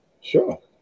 Sure